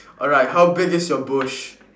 alright how big is your bush